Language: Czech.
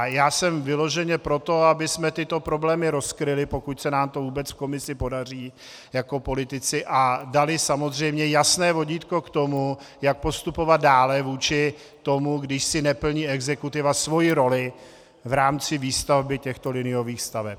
Já jsem vyloženě pro to, abychom tyto problémy rozkryli, pokud se nám to vůbec v komisi podaří, jako politici a dali samozřejmě jasné vodítko k tomu, jak postupovat dále vůči tomu, když neplní exekutiva svoji roli v rámci výstavby těchto liniových staveb.